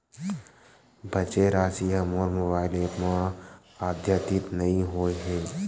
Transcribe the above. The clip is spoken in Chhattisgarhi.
बचे राशि हा मोर मोबाइल ऐप मा आद्यतित नै होए हे